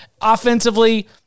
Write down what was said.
Offensively